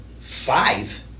five